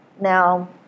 Now